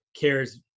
cares